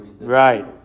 Right